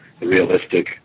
realistic